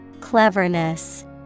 Cleverness